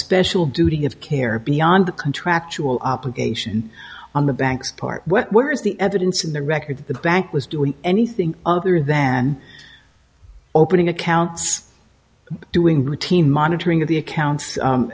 special duty of care beyond the contractual obligation on the bank's part where is the evidence in the record that the bank was doing anything other then opening accounts doing routine monitoring of the accounts